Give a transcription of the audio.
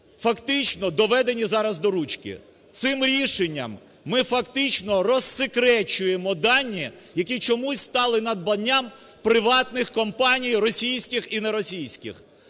фактично доведені сьогодні "до ручки". Цим рішенням ми фактично розсекречуємо дані, які чомусь стали надбанням приватних компаній російських і неросійських.